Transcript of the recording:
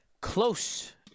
close